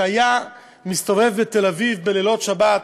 שהיה מסתובב בתל-אביב בלילות שבת,